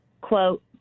quote